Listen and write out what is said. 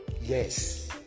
Yes